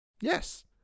Yes